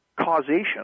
causation